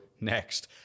Next